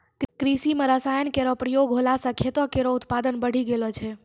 कृषि म रसायन केरो प्रयोग होला सँ खेतो केरो उत्पादन बढ़ी गेलो छै